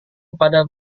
kepada